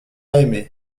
aimé